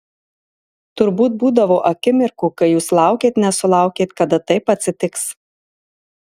turbūt būdavo akimirkų kai jūs laukėt nesulaukėt kada taip atsitiks